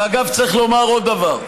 אגב, צריך לומר עוד דבר,